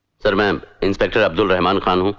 sir, i'm i'm inspector abdul rehman khan.